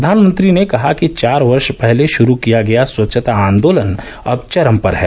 प्रधानमंत्री ने कहा कि चार वर्ष पहले शुरू किया गया स्वच्छता आंदोलन अब चरम पर है